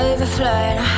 Overflowing